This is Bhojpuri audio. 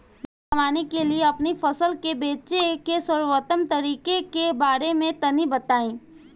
लाभ कमाने के लिए अपनी फसल के बेचे के सर्वोत्तम तरीके के बारे में तनी बताई?